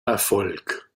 erfolg